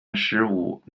十五